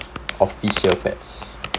official pets